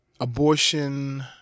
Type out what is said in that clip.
abortion